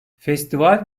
festival